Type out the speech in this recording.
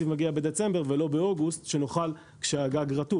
מגיע בדצמבר ולא באוגוסט כשהגג רטוב.